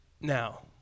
now